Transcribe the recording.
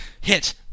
hit